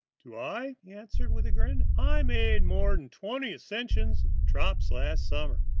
do i he answered, with a grin. i made more'n twenty ascensions and drops last summer.